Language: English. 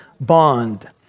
bond